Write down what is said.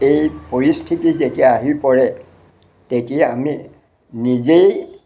এই পৰিস্থিতি যেতিয়া আহি পৰে তেতিয়া আমি নিজেই